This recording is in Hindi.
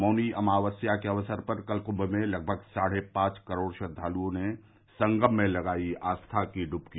मौनी अमावास्या के अवसर पर कल क्म में लगभग साढ़े पांच करोड़ श्रद्वाल़ों ने संगम में लगाई आस्था की ड्बकी